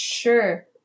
sure